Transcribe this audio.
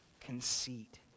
conceit